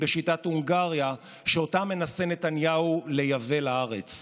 בשבתה כיושבת-ראש ועדת הפנים,